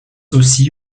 aussi